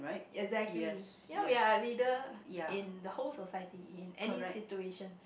exactly ya we are a leader in the whole society in any situation